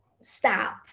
stop